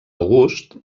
august